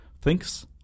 thinks